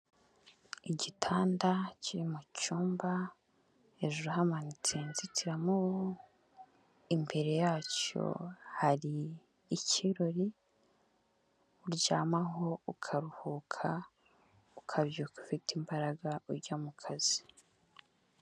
Igitanda kiri mu cyumba hejuru hamanitse inzitiramubu, imbere yacyo hari ikirori, uryamaho ukaruhuka ukabyuka ufite imbaraga ujya mu kazi.